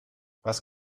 was